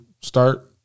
start